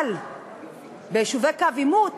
אבל ביישובי קו עימות